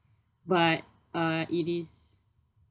but uh it is